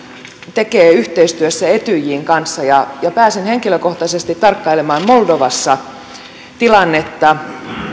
tekee yhteistyössä etyjin kanssa pääsin henkilökohtaisesti tarkkailemaan moldovassa tilannetta